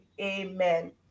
amen